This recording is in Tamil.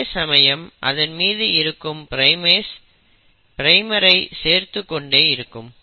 இதே சமயம் அதன் மீது இருக்கும் ப்ரைமேஸ் பிரைமரை சேர்த்துக்கொண்டே இருக்கும்